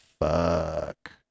fuck